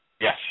Yes